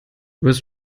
bist